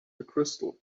crystal